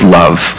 love